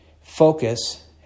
focus